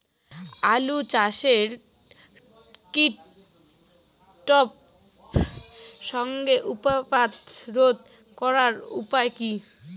আলু চাষের কীটপতঙ্গের উৎপাত রোধ করার উপায় কী?